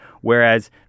Whereas